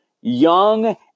young